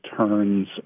turns